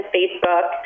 Facebook